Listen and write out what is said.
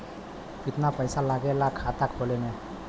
कितना पैसा लागेला खाता खोले में?